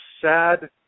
sad